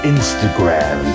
Instagram